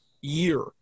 year